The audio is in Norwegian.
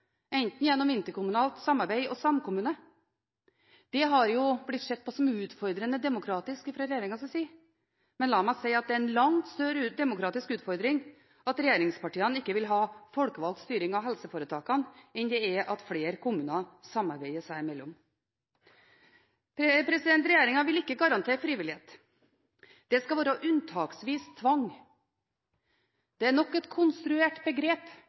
enten gjennom interkommunalt samarbeid eller samkommune. Det har jo blitt sett på som utfordrende demokratisk fra regjeringens side. Men la meg si at det er en langt større demokratisk utfordring at regjeringspartiene ikke vil ha folkevalgt styring av helseforetakene enn det er at flere kommuner samarbeider seg imellom. Regjeringen vil ikke garantere frivillighet. Det skal være unntaksvis tvang. Det er nok et konstruert begrep